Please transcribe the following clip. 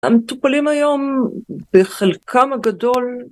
המטופלים היום בחלקם הגדול